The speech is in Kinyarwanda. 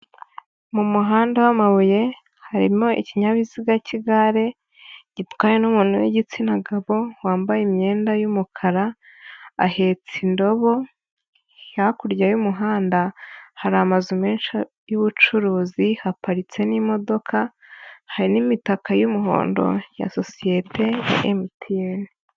Mu muhanda w'amabuye harimo ikinyabiziga k'igare gitwawe n'umuntu w'igitsina gabo wambaye imyenda y'umukara ahetse indobo, hakurya y'umuhanda hari amazu menshi y'ubucuruzi, haparitse n'imodoka, hari n'imitaka y'umuhondo ya sosiyete ya MTN.